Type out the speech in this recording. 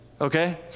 Okay